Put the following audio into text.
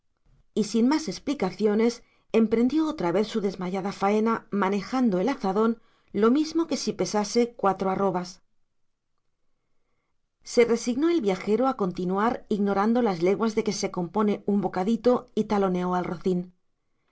y sin más explicaciones emprendió otra vez su desmayada faena manejando el azadón lo mismo que si pesase cuatro arrobas se resignó el viajero a continuar ignorando las leguas de que se compone un bocadito y taloneó al rocín